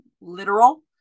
literal